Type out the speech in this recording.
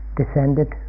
descended